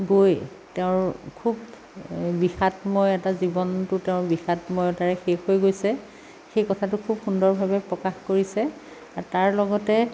গৈ তেওঁৰ খুব বিষাদময় এটা জীৱনটো তেওঁৰ বিষাদময়তাৰে শেষ হৈ গৈছে সেই কথাটো খুব সুন্দৰভাৱে প্ৰকাশ কৰিছে আৰু তাৰ লগতে